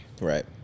Right